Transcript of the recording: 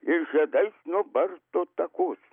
ir žiedais nubarsto takus